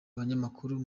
abanyamakuru